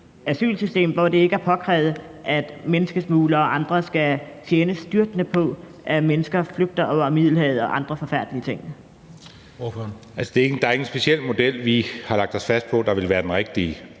asylsystem, hvor det ikke er påkrævet, at menneskesmuglere og andre skal tjene styrtende på, at mennesker flygter over Middelhavet, og andre forfærdelige ting. Kl. 17:23 Den fg. formand (Christian Juhl): Ordføreren.